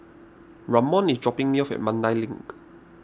Ramon is dropping me off at Mandai Link